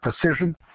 precision